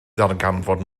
darganfod